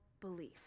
belief